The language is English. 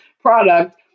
product